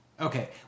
Okay